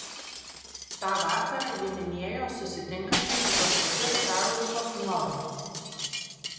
tą vakarą ji minėjo susitinkanti su kažkokiu čarlzu nortu